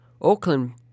Auckland